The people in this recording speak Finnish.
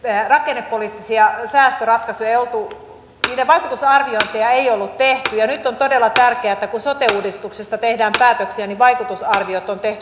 täällä oli sijaa säästö että rakennepoliittisten säästöratkaisujen vaikutusarviointia ei ollut tehty ja nyt on todella tärkeätä että kun sote uudistuksesta tehdään päätöksiä niin vaikutusarviot on tehty